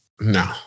No